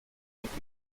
und